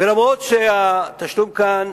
ואף-על-פי שהתשלום כאן